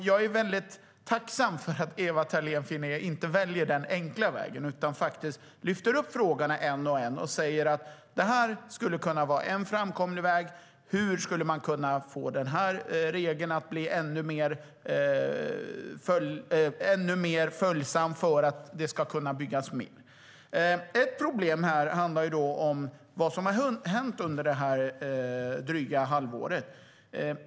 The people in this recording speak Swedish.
Jag är dock tacksam för att Ewa Thalén Finné inte väljer den enkla vägen utan lyfter upp frågorna en och en, pekar på framkomliga vägar och frågar sig hur vi kan göra regler mer följsamma så att det kan byggas mer. Vad har då hänt på drygt ett halvår?